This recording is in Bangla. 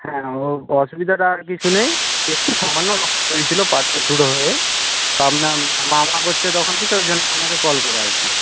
হ্যাঁ ও অসুবিধাটা আর কিছু নেই একটু সামান্য রক্ত বেরিয়েছিল পাটা হয়ে আপনার মা মা করছে তখন থেকে ওই জন্য আপনাকে কল করা আর কি